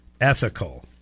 ethical